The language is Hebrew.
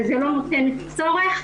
וזה לא נותן צורך.